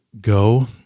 go